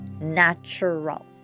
natural